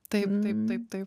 taip taip taip taip